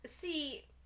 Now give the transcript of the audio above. see